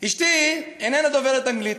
אשתי איננה דוברת אנגלית,